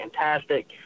fantastic